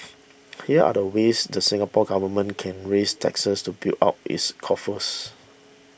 here are the ways the Singapore Government can raise taxes to build up its coffers